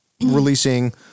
releasing